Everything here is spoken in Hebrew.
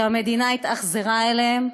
שהמדינה התאכזרה אליהם,